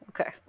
okay